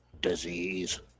Disease